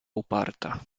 uparta